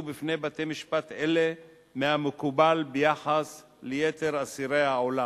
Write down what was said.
בפני בתי-משפט אלה מהמקובל ביחס ליתר אסירי העולם.